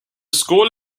school